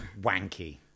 wanky